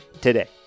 today